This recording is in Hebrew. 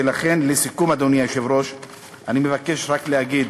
ולכן, לסיכום, אדוני היושב-ראש, אני מבקש רק להגיד